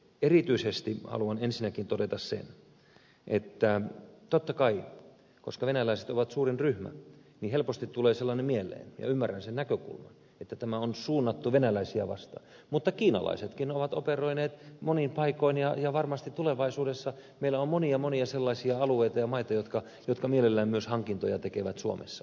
ja erityisesti haluan ensinnäkin todeta sen että totta kai koska venäläiset ovat suurin ryhmä helposti tulee sellainen mieleen ja ymmärrän sen näkökulman että tämä on suunnattu venäläisiä vastaan mutta kiinalaisetkin ovat operoineet monin paikoin ja varmasti tulevaisuudessa on monia monia sellaisia alueita ja maita jotka mielellään myös hankintoja tekevät suomessa